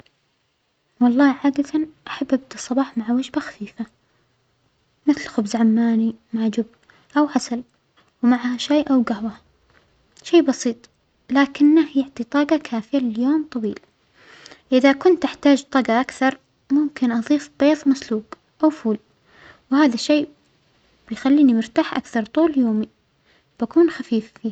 والله عادة أحب أبدأ الصباح مع وجبة خفيفة مثل خبز عماني مع جبن أو عسل مع شاى أو جهوة، شىء بسيط لكنه يعطى طاجة كافيه ليوم طويل، إذا كنت أحتاج طاجة أكثر ممكن أظيف بيظ مسلوق أو فول وهذا الشيء بيخلينى مرتاح أكثر طول يومي بكون خفيف فيه.